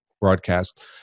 broadcast